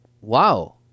wow